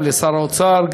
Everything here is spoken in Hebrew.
גם לשר האוצר,